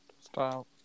Style